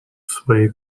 swej